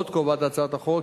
עוד קובעת הצעת החוק,